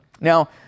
Now